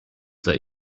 that